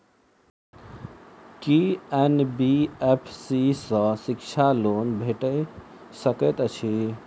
की NBFC सँ शिक्षा loan भेटि सकैत अछि?